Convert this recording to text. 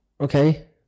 Okay